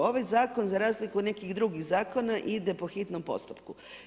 Ovaj zakon za razliku od nekih drugih zakona ide po hitnom postupku.